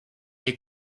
les